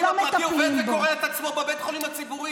של נציבות שוויון לאנשים עם מוגבלות במשרד המשפטים,